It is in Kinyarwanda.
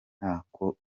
ntako